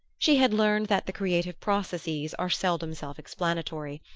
she had learned that the creative processes are seldom self-explanatory,